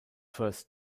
first